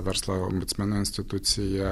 verslo ombudsmeno institucija